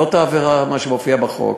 זאת העבירה שמופיעה בחוק.